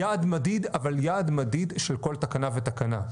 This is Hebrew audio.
יעד מדיד, אבל יעד מדיד של כל תקנה ותקנה.